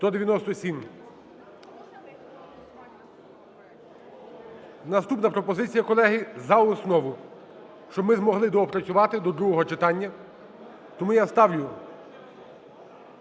Наступна пропозиція, колеги, за основу, щоб ми змогли доопрацювати до другого читання. Тому я ставлю.